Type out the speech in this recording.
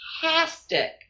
fantastic